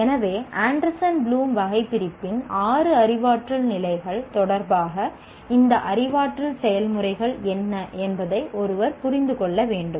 எனவே Anderson Bloom வகைபிரிப்பின் ஆறு அறிவாற்றல் நிலைகள் தொடர்பாக இந்த அறிவாற்றல் செயல்முறைகள் என்ன என்பதை ஒருவர் புரிந்து கொள்ள வேண்டும்